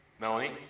Melanie